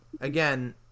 again